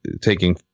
Taking